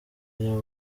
yabo